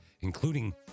including